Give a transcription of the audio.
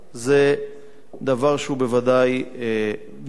זה דבר שהוא בוודאי נוח